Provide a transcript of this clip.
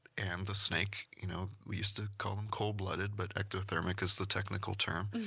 and the snake, you know, we used to call them cold-blooded but ectothermic is the technical term.